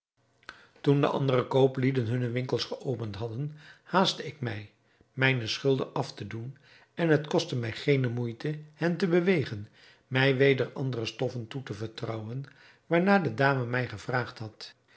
toen de andere kooplieden hunne winkels geopend hadden haastte ik mij mijne schulden af te doen en het kostte mij geene moeite hen te bewegen mij weder andere stoffen toe te vertrouwen waarnaar de dame mij gevraagd had